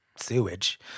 sewage